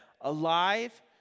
alive